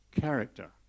character